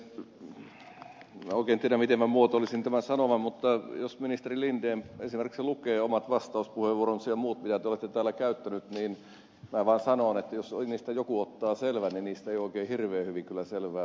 en oikein tiedä miten muotoilisin tämän sanoman mutta jos ministeri linden esimerkiksi lukee omat vastauspuheenvuoronsa ja muut mitä te olette täällä käyttänyt niin minä vaan sanon että jos niistä joku ottaa selvän niin niistä ei oikein hirveän hyvin kyllä selvää saa